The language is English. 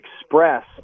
express